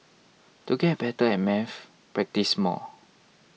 to get better at maths practise more